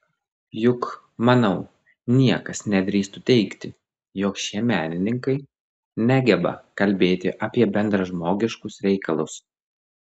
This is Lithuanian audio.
juk manau niekas nedrįstų teigti jog šie menininkai negeba kalbėti apie bendražmogiškus reikalus